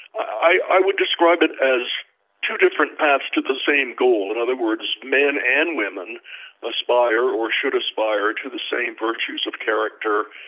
i would describe it as two different paths to the same goal. in other words, men and women aspire, or should aspire to the same virtues of character,